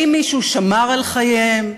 האם מישהו שמר על חייהם?